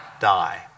die